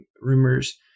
rumors